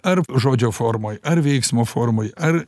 ar žodžio formoj ar veiksmo formoj ar